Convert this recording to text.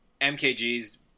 MKG's